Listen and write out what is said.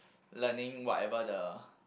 learning whatever the